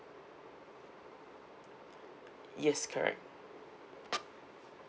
yes correct